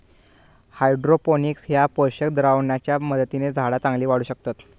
hydroponics ह्या पोषक द्रावणाच्या मदतीन झाडा चांगली वाढू शकतत